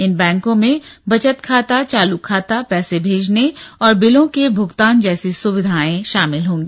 इन बैंकों में बचत खाता चालू खाता पैसे भेजने और बिलों के भुगतान जैसी सुविधाएं होंगी